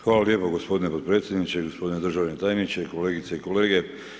Hvala lijepo gospodine potpredsjedniče, gospodine državni tajniče, kolegice i kolege.